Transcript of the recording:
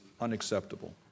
unacceptable